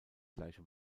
gleiche